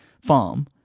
farm